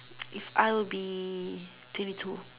if I would be twenty two